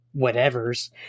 whatevers